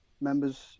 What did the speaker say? members